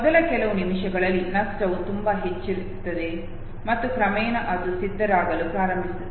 ಮೊದಲ ಕೆಲವು ನಿಮಿಷಗಳಲ್ಲಿನ ನಷ್ಟವು ತುಂಬಾ ಹೆಚ್ಚಿರುತ್ತದೆ ಮತ್ತು ಕ್ರಮೇಣ ಅದು ಸ್ಥಿರವಾಗಲು ಪ್ರಾರಂಭಿಸುತ್ತದೆ